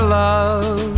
love